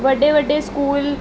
वॾे वॾे स्कूल